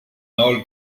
nord